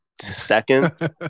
Second